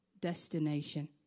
destination